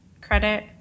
credit